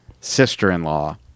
sister-in-law